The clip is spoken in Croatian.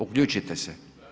Uključite se.